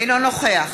אינו נוכח